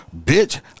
Bitch